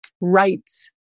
rights